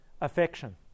affection